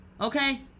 okay